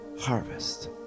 harvest